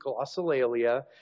glossolalia